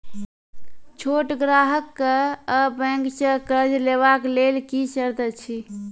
छोट ग्राहक कअ बैंक सऽ कर्ज लेवाक लेल की सर्त अछि?